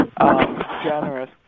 generous